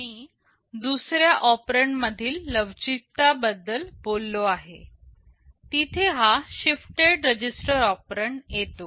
मी दुसऱ्या ऑपरेंड मधील लवचिकता बद्दल बोललो आहे तिथे हा शिफ्टेड रजिस्टर ऑपरेंड येतो